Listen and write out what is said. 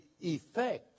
effect